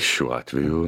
šiuo atveju